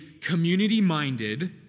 community-minded